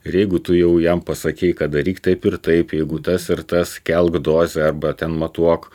ir jeigu tu jau jam pasakei kad daryk taip ir taip jeigu tas ir tas kelk dozę arba ten matuok